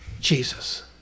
Jesus